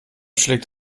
schlägt